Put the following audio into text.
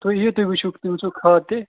تُہۍ یِیِو تُہۍ وُچھِو تمٔۍ سُنٛد کھاد تہِ